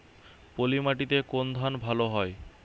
পলিমাটিতে কোন ধান ভালো হয়?